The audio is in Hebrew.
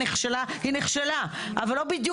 אני רוצה באמת